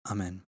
Amen